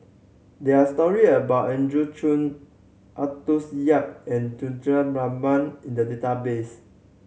there're story about Andrew Chew Arthur Yap and Rahman in the database